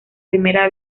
primera